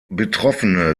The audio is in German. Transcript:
betroffene